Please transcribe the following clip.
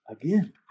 again